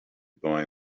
buy